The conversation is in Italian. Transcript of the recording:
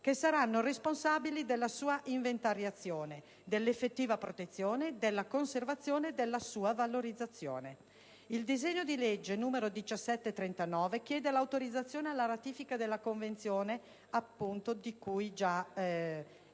che saranno responsabili della sua inventariazione, dell'effettiva protezione, della conservazione e della sua valorizzazione. Il disegno di legge n. 1739 chiede l'autorizzazione alla ratifica di questa Convenzione. L'articolato del disegno